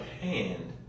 hand